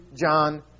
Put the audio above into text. John